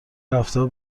هفتهها